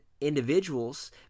individuals